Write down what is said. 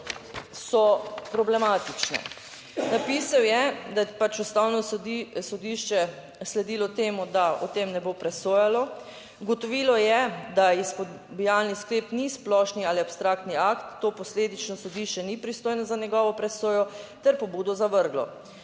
so problematične. Napisal je, da je pač Ustavno sodišče sledilo temu, da o tem ne bo presojalo. Ugotovilo je, da izpodbijalni sklep ni splošni ali abstraktni akt, to posledično sodišče ni pristojno za njegovo presojo ter pobudo zavrglo.